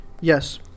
Yes